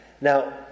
now